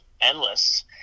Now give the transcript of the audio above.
endless